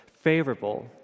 favorable